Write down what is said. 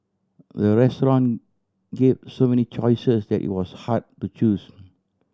the restaurant give so many choices that it was hard to choose